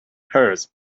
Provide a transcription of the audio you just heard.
hers